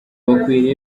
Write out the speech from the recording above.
bakwiye